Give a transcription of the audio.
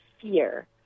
fear